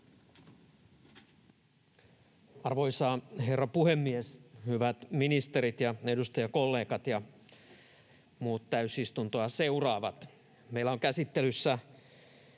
Arvoisa herra puhemies! Hyvät ministerit ja edustajakollegat ja muut täysistuntoa seuraavat! Meillä on käsittelyssä